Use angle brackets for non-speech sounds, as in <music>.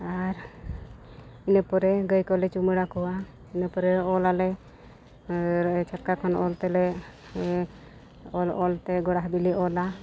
ᱟᱨ ᱤᱱᱟᱹ ᱯᱚᱨᱮ ᱜᱟᱹᱭ ᱠᱚᱞᱮ ᱪᱩᱢᱟᱹᱲᱟ ᱠᱚᱣᱟ ᱤᱱᱟᱹ ᱯᱚᱨᱮ ᱚᱞ ᱟᱞᱮ <unintelligible> ᱚᱞ ᱛᱮᱞᱮ ᱚᱞ ᱚᱞ ᱛᱮ ᱜᱳᱲᱟ ᱦᱟᱹᱵᱤᱡ ᱞᱮ ᱚᱞᱟ